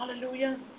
Hallelujah